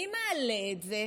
מי מעלה את זה?